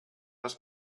ist